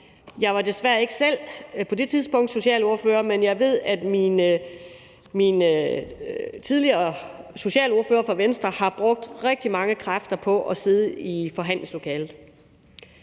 Jeg var desværre ikke selv på det tidspunkt socialordfører, men jeg ved, at den tidligere socialordfører for Venstre har brugt rigtig mange kræfter på at sidde i forhandlingslokalet.